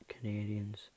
Canadians